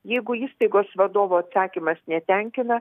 jeigu įstaigos vadovo atsakymas netenkina